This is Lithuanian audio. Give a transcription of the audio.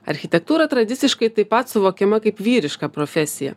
architektūra tradiciškai taip pat suvokiama kaip vyriška profesija